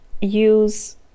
use